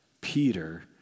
Peter